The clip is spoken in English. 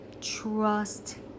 Trust